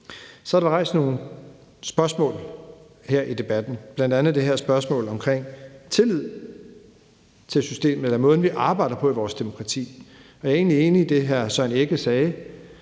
Så er der rejst nogle spørgsmål her i debatten, bl.a. det her spørgsmål om tillid til systemet eller måden, vi arbejder på i vores demokrati. Jeg er egentlig enig i det, hr. Søren Egge